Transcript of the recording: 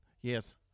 Yes